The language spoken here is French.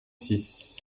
six